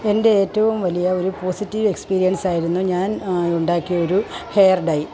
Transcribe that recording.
എൻ്റെ ഏറ്റവും വലിയ ഒരു പോസിറ്റീവ് എക്സ്പിരിയൻസായിരുന്നു ഞാൻ ഉണ്ടാക്കിയ ഒരു ഹെയർ ഡൈ